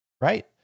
right